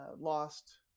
lost